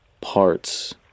parts